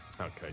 okay